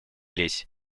лезь